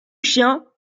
chien